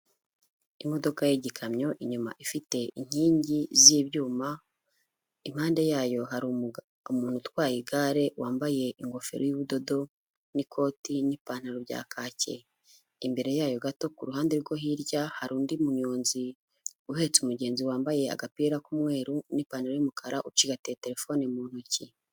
Imodoka y'igikamyo inyuma ifite inkingi z'ibyuma, impande yayo hari umuntu utwaye igare wambaye ingofero y'ubudodo n'ikoti n'ipantaro bya kake, imbere yayo gato ku ruhande rwo hirya hari undi muyonzi uhetse umugenzi wambaye agapira k'umweru n'ipantaro y'umukara, ucigatiye telefoni mu ntoki.